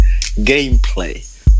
gameplay